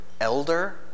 elder